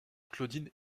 claudine